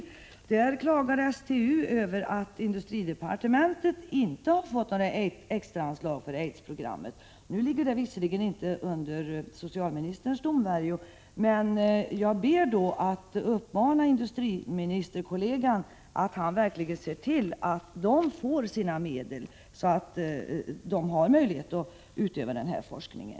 Där klagade STU över att industridepartementet inte har fått några extraanslag för aidsprogrammet. Den frågan lyder visserligen inte under socialministerns domvärjo. Men jag ber socialministern att uppmana sin kollega industriministern att verkligen se till att STU får sina medel, så att man kan bedriva denna forskning.